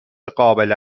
قابل